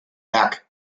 back